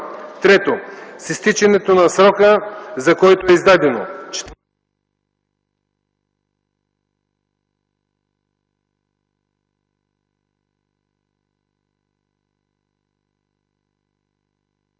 2; 3. с изтичането на срока, за който е издадено;